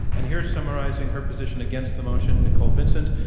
and here summarizing her position against the motion, nicole vincent,